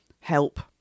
help